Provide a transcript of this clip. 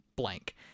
blank